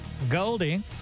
Goldie